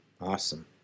awesome